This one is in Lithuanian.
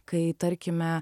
kai tarkime